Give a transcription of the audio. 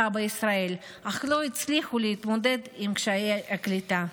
בישראל אך לא הצליחו להתמודד עם קשיי הקליטה.